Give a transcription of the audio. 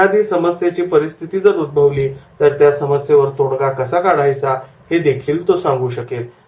एखादी समस्येची परिस्थिती जर उद्भवली तर त्या समस्येवर तोडगा कसा काढावा हे देखील तो सांगू शकेल